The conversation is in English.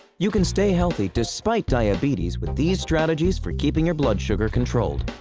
you can stay healthy despite diabetes with these strategies for keeping your blood sugar controlled.